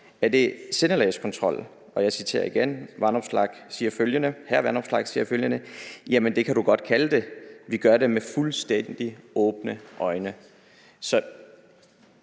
»Er det en sindelagskontrol?«. Og jeg citerer igen, hr. Alex Vanopslagh siger følgende: »Jamen, det kan du godt kalde det. Vi gør det med fuldstændigt åbne øjne.« Så